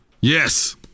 Yes